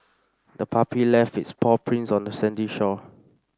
the puppy left its paw prints on the sandy shore